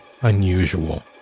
unusual